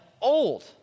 old